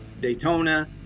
Daytona